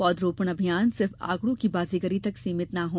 पौध रोपण अभियान सिर्फ़ आँकड़ों की बाजीगरी तक ही सीमित ना हो